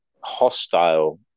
hostile